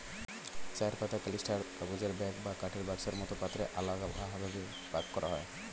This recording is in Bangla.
চায়ের পাতা ক্যানিস্টার, কাগজের ব্যাগ বা কাঠের বাক্সের মতো পাত্রে আলগাভাবে প্যাক করা হয়